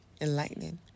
enlightening